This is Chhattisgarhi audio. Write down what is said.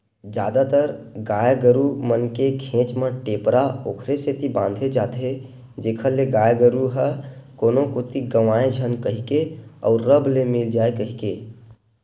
जादातर गाय गरु मन के घेंच म टेपरा ओखरे सेती बांधे जाथे जेखर ले गाय गरु ह कोनो कोती गंवाए झन कहिके अउ रब ले मिल जाय कहिके